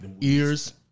Ears